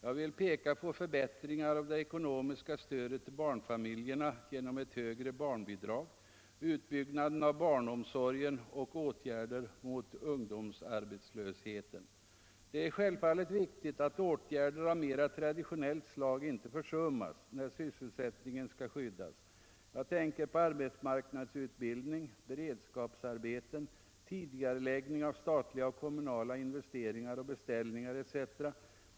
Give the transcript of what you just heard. Jag vill peka på förbättringen av det ekonomiska stödet till barnfamiljerna genom ett högre barnbidrag, utbyggnaden av barnomsorgen och åtgärder mot ungdomsarbetslösheten. Det är självfallet viktigt att åtgärder av mera traditionellt slag inte försummas när sysselsättningen skall skyddas. Jag tänker på arbetsmarknadsutbildning, beredskapsarbeten, tidigareläggning av statliga och kommunala investeringar och beställningar etc.